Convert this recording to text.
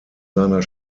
seiner